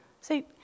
see